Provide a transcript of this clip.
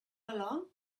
along